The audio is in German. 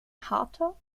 harter